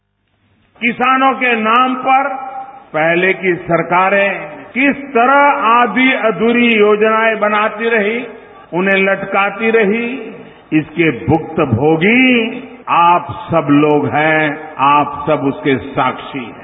bite प्रधानमंत्री किसानों के नाम पर पहले की सरकारें किस तरह आधी अधूरी योजनाएं बनाती रही उन्हें लटकाती रही इसके भुक्तभोगी आप सब लोग हैं आप सब उसके साक्षी हैं